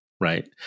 right